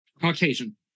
Caucasian